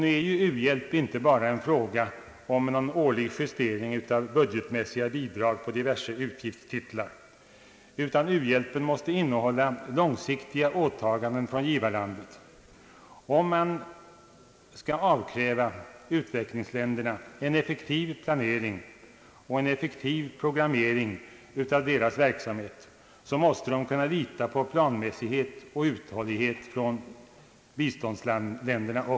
Nu är u-hjälp inte bara en fråga om någon årlig justering av budgetmässiga bidrag på diverse utgiftstitlar, utan u-hjälpen måste innehålla långsiktiga åtaganden från givarlandet. Om man skall kunna avkräva utvecklingsländerna en effektiv planering och en effektiv programmering av deras verksamhet, måste de kunna lita på planmässighet och uthållighet också från biståndsländerna.